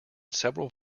several